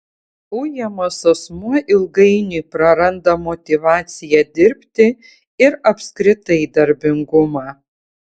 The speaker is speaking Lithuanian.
ujamas asmuo ilgainiui praranda motyvaciją dirbti ir apskritai darbingumą